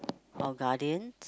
or Guardian